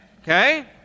Okay